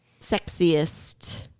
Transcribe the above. sexiest